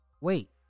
wait